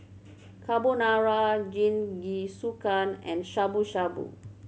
Carbonara Jingisukan and Shabu Shabu